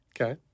okay